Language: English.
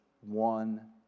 one